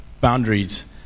boundaries